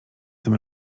tym